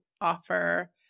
offer